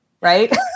Right